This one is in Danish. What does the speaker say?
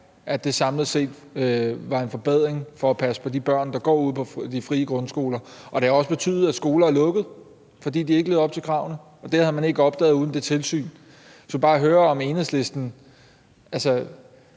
at det samlet set var en forbedring for at passe på de børn, der går ude på de frie grundskoler. Og det har også betydet, at skoler er lukket, fordi de ikke levede op til kravene, og det havde man ikke oplevet uden det tilsyn. Så jeg vil bare høre Enhedslisten i